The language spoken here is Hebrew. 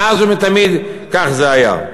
מאז ומתמיד כך זה היה.